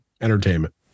entertainment